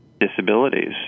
disabilities